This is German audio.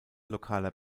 lokaler